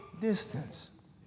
distance